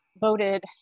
voted